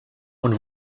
und